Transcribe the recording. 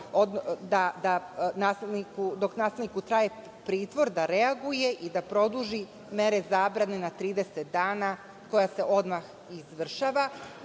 dok nasilniku traje pritvor, da reaguje i da produži meru zabrane na 30 dana koja se odmah izvršava,